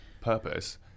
purpose